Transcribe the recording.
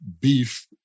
beef